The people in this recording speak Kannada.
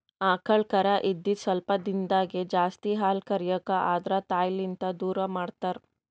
ಆಕಳ್ ಕರಾ ಇದ್ದಿದ್ ಸ್ವಲ್ಪ್ ದಿಂದಾಗೇ ಜಾಸ್ತಿ ಹಾಲ್ ಕರ್ಯಕ್ ಆದ್ರ ತಾಯಿಲಿಂತ್ ದೂರ್ ಮಾಡ್ತಾರ್